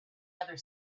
other